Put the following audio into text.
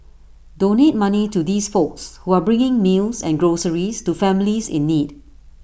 donate money to these folks who are bringing meals and groceries to families in need